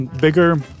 bigger